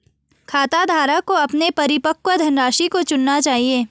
खाताधारक को अपने परिपक्व धनराशि को चुनना चाहिए